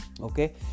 okay